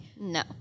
No